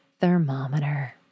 thermometer